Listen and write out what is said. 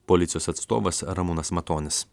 policijos atstovas ramūnas matonis